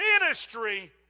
ministry